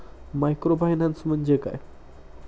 Microfinance म्हणजे काय?